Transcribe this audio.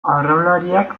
arraunlariak